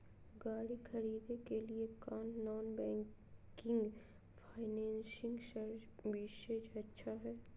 गाड़ी खरीदे के लिए कौन नॉन बैंकिंग फाइनेंशियल सर्विसेज अच्छा है?